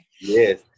Yes